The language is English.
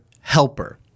helper